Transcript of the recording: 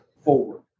forward